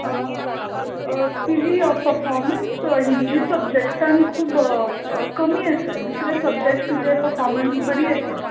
तुजी पर्फोर्मन्स हिंदी सब्जटाक खूब कमी आसा दुसरे सब्जक्ट तुजे पर्फोर्मन्स बरी आसा